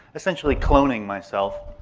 essentially cloning myself.